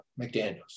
McDaniels